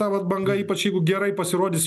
ta vat banga ypač jeigu gerai pasirodys